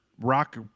rock